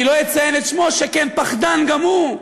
אני לא אציין את שמו, שכן פחדן גם הוא,